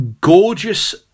gorgeous